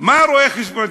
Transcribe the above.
מה רואה-חשבון,